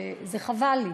וזה חבל לי